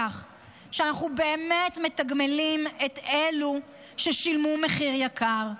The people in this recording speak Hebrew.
שאנחנו באמת מתגמלים את אלו ששילמו מחיר יקר,